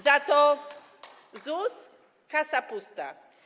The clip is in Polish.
Za to w ZUS - kasa pusta.